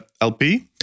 LP